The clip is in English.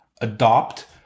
adopt